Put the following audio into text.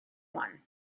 one